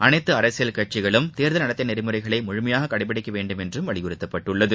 அனைத்து அரசியல் கட்சிகளும் தேர்தல் நடத்தை நெறிமுறைகளை முழுமையாக கடைபிடிக்க வேண்டுமென்றும் வலியுறுத்தப்பட்டுள்ளது